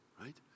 right